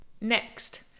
Next